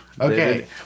Okay